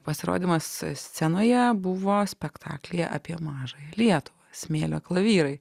pasirodymas scenoje buvo spektaklį apie mažąją lietuvą smėlio klavyrai